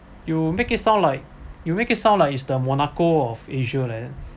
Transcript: you make it sound like you make it sound like is the monaco of asia like that